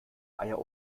eier